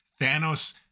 Thanos